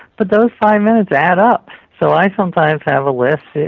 but those five minutes add up. so i sometimes have a list.